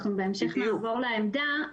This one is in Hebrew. אנחנו בהמשך נחזור לעמדה,